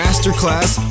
Masterclass